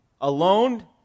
alone